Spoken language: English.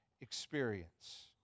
experience